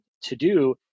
To-Do